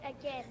again